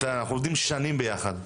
אנחנו עובדים שנים ביחד.